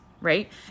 right